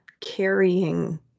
carrying